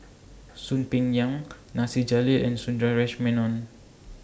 Soon Peng Yam Nasir Jalil and Sundaresh Menon